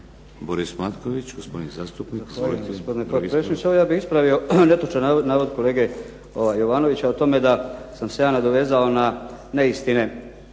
Boris Matković, gospodin zastupnik.